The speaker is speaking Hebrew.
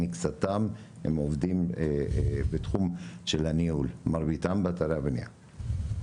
מקצתם עובדים בתחום הניהול מרביתם באתרי הבנייה.